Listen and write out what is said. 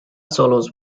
solos